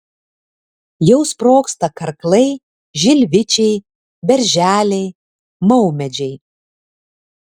jau sprogsta karklai žilvičiai berželiai maumedžiai